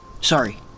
Sorry